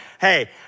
Hey